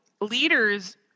leaders